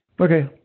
Okay